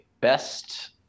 best